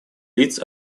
лиц